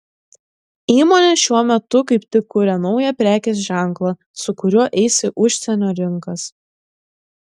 įmonė šiuo metu kaip tik kuria naują prekės ženklą su kuriuo eis į užsienio rinkas